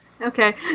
okay